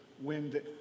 wind